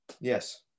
yes